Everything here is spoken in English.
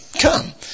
come